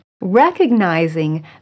Recognizing